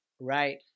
right